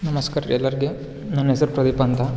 ನಮಸ್ಕಾರ ರೀ ಎಲ್ಲರಿಗೆ ನನ್ನ ಹೆಸ್ರು ಪ್ರದೀಪ್ ಅಂತ